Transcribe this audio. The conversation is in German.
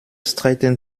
streiten